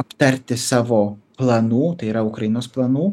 aptarti savo planų tai yra ukrainos planų